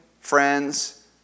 friends